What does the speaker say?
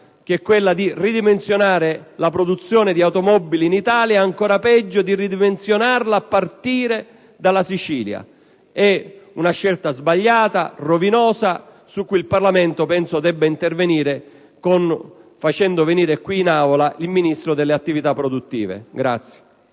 che è quella di ridimensionare la produzione di automobili in Italia e, ancora peggio, di ridimensionarla a partire dalla Sicilia: è una scelta sbagliata, rovinosa su cui penso il Parlamento debba intervenire facendo venire in Aula il Ministro delle attività produttive.